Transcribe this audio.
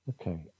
Okay